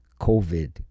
COVID